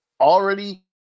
already